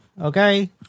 Okay